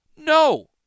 No